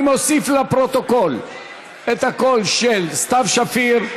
אני מוסיף לפרוטוקול את הקול של סתיו שפיר,